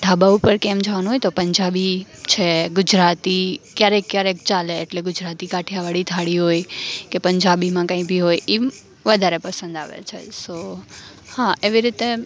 ઢાબા ઉપર કે એમ જવાનું હોય તો પંજાબી છે ગુજરાતી ક્યારેક ક્યારેક ચાલે એટલે ગુજરાતી કાઠિયાવાડી થાળી હોય કે પંજાબીમાં કંઈ બી હોય એમ વધારે પસંદ આવે છે સો એવી રીતે